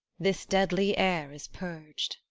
this deadly air is purg'd.